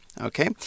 okay